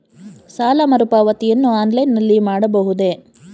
ಸಾಲ ಮರುಪಾವತಿಯನ್ನು ಆನ್ಲೈನ್ ನಲ್ಲಿ ಮಾಡಬಹುದೇ?